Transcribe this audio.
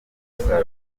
gusara